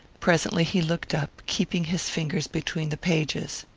presently he looked up, keeping his finger between the pages.